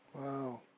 Wow